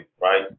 Right